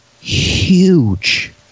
huge